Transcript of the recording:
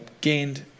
gained